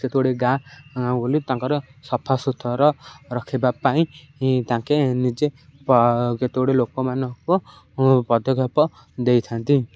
କେତେଗଡ଼ିଏ ଗାଁ ଗାଁ ବୁଲି ତାଙ୍କର ସଫା ସୁତରା ରଖିବା ପାଇଁ ତାଙ୍କୁ ନିଜେ କେତେଗୁଡ଼ିଏ ଲୋକମାନଙ୍କୁ ପଦକ୍ଷେପ ଦେଇଥାନ୍ତି